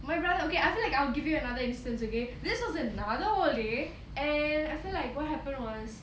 my brother okay I feel like I will give you another instance okay this was another whole day and I feel like what happened was